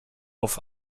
auf